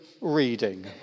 reading